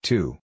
Two